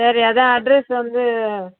சரி அதுதான் அட்ரஸ் வந்து